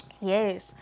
Yes